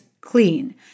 clean